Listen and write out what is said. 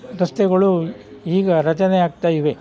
ರಸ್ತೆಗಳು ಈಗ ರಚನೆ ಆಗ್ತಾಯಿವೆ